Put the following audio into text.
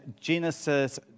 Genesis